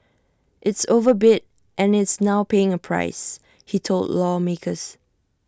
it's overbid and is now paying A price he told lawmakers